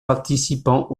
participant